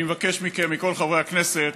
אני מבקש מכם, מכל חברי הכנסת,